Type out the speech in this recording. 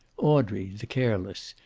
audrey the careless,